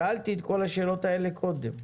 שאלתי את כל השאלות האלה קודם.